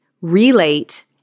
relate